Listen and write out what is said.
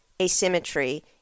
asymmetry